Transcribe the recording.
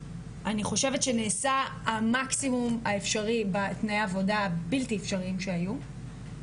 אני חושבת שנעשה המקסימום האפשרי בתנאי העבודה הבלתי אפשריים שהיו.